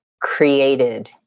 created